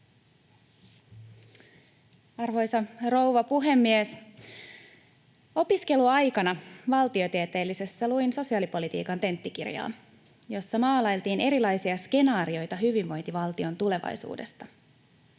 Arvoisa rouva puhemies! Opiskeluaikana valtiotieteellisessä luin sosiaalipolitiikan tenttikirjaa, jossa maalailtiin erilaisia skenaarioita hyvinvointivaltion tulevaisuudesta.